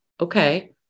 okay